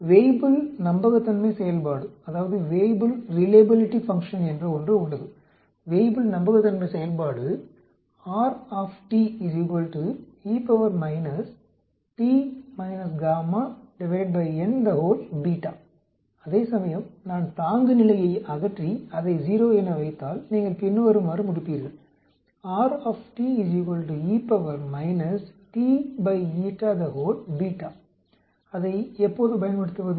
Weibull நம்பகத்தன்மை செயல்பாடு என்று ஒன்று உள்ளது வேய்புல் நம்பகத்தன்மை செயல்பாடு அதேசமயம் நான் தாங்குநிலையை அகற்றி அதை 0 என வைத்தால் நீங்கள் பின்வருமாறு முடிப்பீர்கள் அதை எப்போது பயன்படுத்துவது